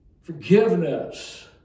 Forgiveness